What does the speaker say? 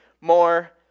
more